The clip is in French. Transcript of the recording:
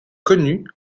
connu